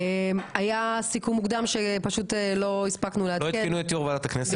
היה סיכום שלא הספקנו לעדכן.